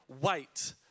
wait